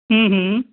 ہوں ہوں